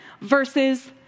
versus